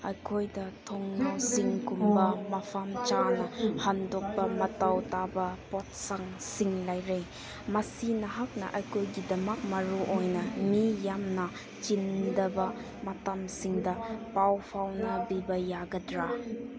ꯑꯩꯈꯣꯏꯗ ꯊꯣꯡꯅꯥꯎꯁꯤꯡꯒꯨꯝꯕ ꯃꯐꯝ ꯆꯥꯅ ꯍꯨꯟꯗꯣꯛꯄ ꯃꯊꯧ ꯇꯥꯕ ꯄꯣꯠꯁꯛꯁꯤꯡ ꯂꯩꯔꯦ ꯃꯁꯤ ꯅꯍꯥꯛꯅ ꯑꯩꯈꯣꯏꯒꯤꯗꯃꯛ ꯃꯔꯨꯑꯣꯏꯅ ꯃꯤ ꯌꯥꯝꯅ ꯆꯤꯟꯗꯕ ꯃꯇꯝꯁꯤꯡꯗ ꯄꯥꯎ ꯐꯥꯎꯅꯕꯤꯕ ꯌꯥꯒꯗ꯭ꯔꯥ